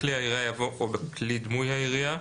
אחרי "בכלי הירייה" יבוא "או בכלי דמוי הירייה".